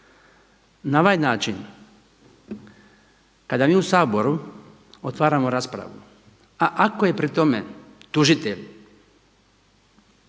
Na ovaj način kada mi u Saboru otvaramo raspravu, a ako je pri tome tužitelj